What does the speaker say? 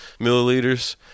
milliliters